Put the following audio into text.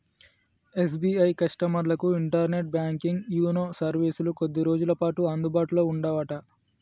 SBI కస్టమర్లకు internet banking YONO సర్వీసులు కొద్ది రోజులపాటు అందుబాటులో ఉండవట